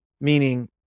Meaning